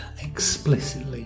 explicitly